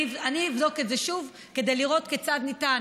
אני אבדוק את זה שוב כדי לראות כיצד ניתן